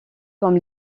comme